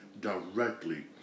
directly